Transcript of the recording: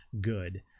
good